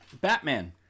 Batman